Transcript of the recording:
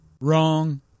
Wrong